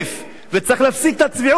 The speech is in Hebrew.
וצריך להפסיק את הצביעות הזאת.